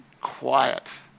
quiet